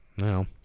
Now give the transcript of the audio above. No